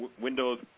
Windows